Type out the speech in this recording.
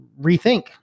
rethink